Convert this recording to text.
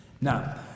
Now